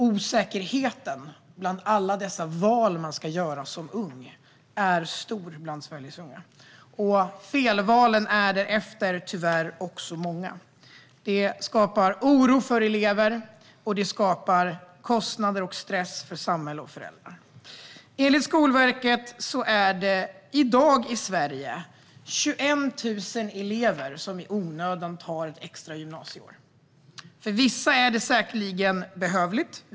Osäkerheten inför alla de val man ska göra som ung är stor. Felvalen är tyvärr också många. Det skapar oro bland elever, och det skapar kostnader och stress för samhälle och föräldrar. Enligt Skolverket går 21 000 elever ett extra gymnasieår i onödan i Sverige i dag. För vissa är det säkerligen behövligt.